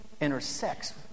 intersects